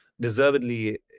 deservedly